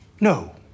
No